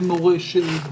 במורשת,